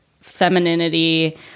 femininity